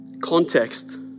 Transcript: Context